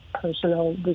personal